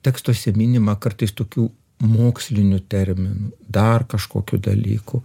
tekstuose minima kartais tokių mokslinių terminų dar kažkokių dalykų